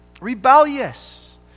rebellious